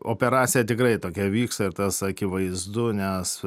operacija tikrai tokia vyksta ir tas akivaizdu nes